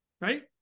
right